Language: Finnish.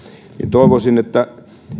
toivoisin että